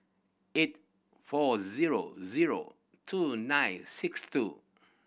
eight four zero zero two nine six two